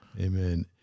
Amen